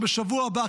שבשבוע הבא,